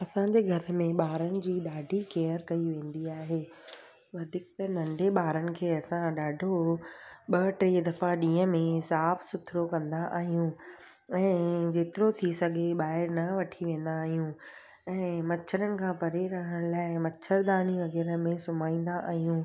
असांजे घर में ॿारनि जी ॾाढी केअर कई वेंदी आहे वधीक त नंढे ॿारनि खे असां ॾाढो ॿ टे दफ़ा ॾींहं में साफ़ु सुथिरो कंदा आहियूं ऐं जेतिरो थी सधे बाहिरि न वठी वेंदा आहियूं ऐं मछरनि खां परे रहण लाइ मछरदानी वग़ैरह में सुम्हारींदा आहियूं